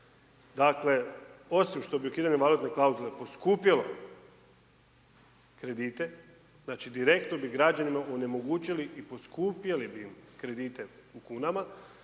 Dakle, osim što bi ukidanjem valutne klauzule poskupjelo kredite, znači direktno bi građanima onemogućili i poskupjeli bi im kredite u kunama,